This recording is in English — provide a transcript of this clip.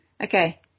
Okay